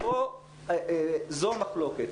ופה זאת המחלוקת.